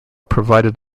provided